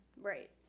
Right